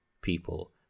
people